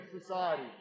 society